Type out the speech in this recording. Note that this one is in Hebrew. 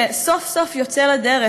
שסוף-סוף יוצא לדרך,